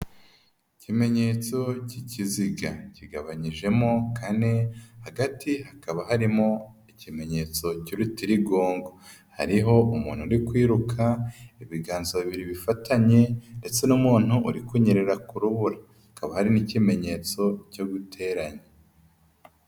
Ikimenyetso cy'ikiziga kigabanyijemo kane hagati hakaba harimo ikimenyetso cy'urutirigongo, hariho umuntu uri kwiruka, ibiganza bibiri bifatanye ndetse n'umuntu uri kunyerera ku rubura hakaba hari n'ikimenyetso cyo guteranya.